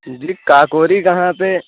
جی کاکوری کہاں پہ